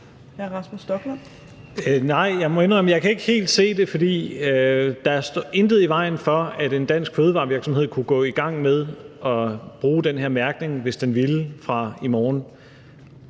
Nej, jeg må indrømme, at jeg ikke helt kan se det, for der er intet, der står i vejen for, at en dansk fødevarevirksomhed kunne gå i gang med at bruge den her mærkning, hvis den ville, fra i morgen.